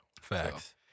facts